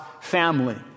family